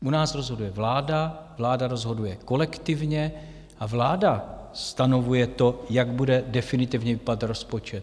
U nás rozhoduje vláda, rozhoduje kolektivně a vláda stanovuje to, jak bude definitivně vypadat rozpočet.